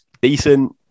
decent